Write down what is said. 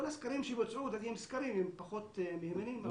כל הסקרים שבוצעו הם סקרים, הם פחות מהימנים.